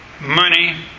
money